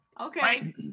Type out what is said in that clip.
Okay